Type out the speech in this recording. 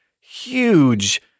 huge